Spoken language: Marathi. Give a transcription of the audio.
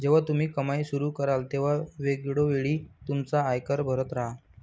जेव्हा तुम्ही कमाई सुरू कराल तेव्हा वेळोवेळी तुमचा आयकर भरत राहा